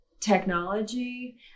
technology